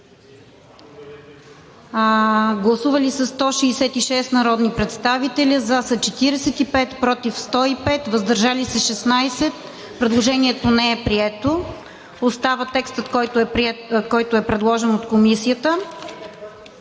Гласували 166 народни представители: за 45, против 105, въздържали се 16. Предложението не е прието. Остава текстът, който е предложен от Комисията.